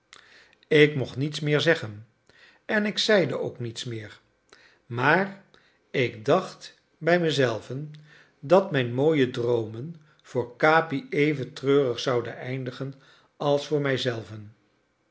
ik mocht niets meer zeggen en ik zeide ook niets meer maar ik dacht bij me zelven dat mijn mooie droomen voor capi even treurig zouden eindigen als voor mij